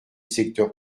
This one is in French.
secteur